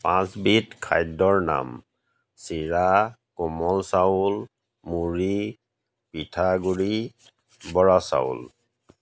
পাঁচবিধ খাদ্যৰ নাম চিৰা কোমল চাউল মুৰি পিঠাগুড়ি বৰা চাউল